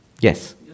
Yes